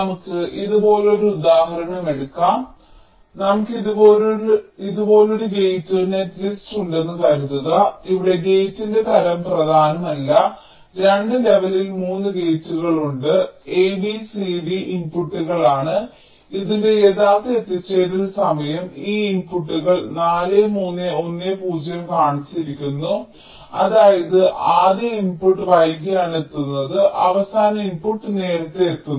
നമുക്ക് ഇതുപോലൊരു ഉദാഹരണം എടുക്കാം നമുക്ക് ഇതുപോലൊരു ഗേറ്റ് നെറ്റ്ലിസ്റ്റ് ഉണ്ടെന്ന് കരുതുക ഇവിടെ ഗേറ്റിന്റെ തരം പ്രധാനമല്ല 2 ലെവലിൽ 3 ഗേറ്റുകൾ ഉണ്ട് abcd ഇൻപുട്ടുകളാണ് ഇതിന്റെ യഥാർത്ഥ എത്തിച്ചേരൽ സമയം ഈ ഇൻപുട്ടുകൾ 4 3 1 0 കാണിച്ചിരിക്കുന്നു അതായത് ആദ്യ ഇൻപുട്ട് വൈകിയാണ് എത്തുന്നത് അവസാന ഇൻപുട്ട് നേരത്തെ എത്തുന്നു